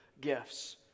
gifts